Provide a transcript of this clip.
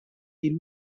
kill